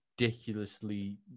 ridiculously